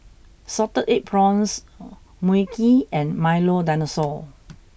Salted Egg Prawns Mui Kee and Milo Dinosaur